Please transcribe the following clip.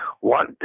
One